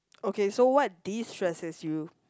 okay so what distresses you